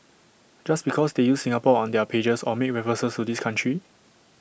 just because they use Singapore on their pages or make references to this country